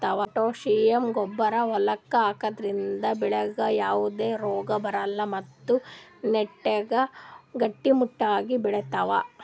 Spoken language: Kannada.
ಪೊಟ್ಟ್ಯಾಸಿಯಂ ಗೊಬ್ಬರ್ ಹೊಲಕ್ಕ್ ಹಾಕದ್ರಿಂದ ಬೆಳಿಗ್ ಯಾವದೇ ರೋಗಾ ಬರಲ್ಲ್ ಮತ್ತ್ ನೆಟ್ಟಗ್ ಗಟ್ಟಿಮುಟ್ಟಾಗ್ ಬೆಳಿತಾವ್